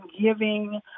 giving